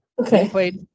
Okay